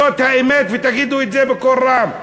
זאת האמת, ותגידו את זה בקול רם.